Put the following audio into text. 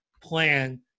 plan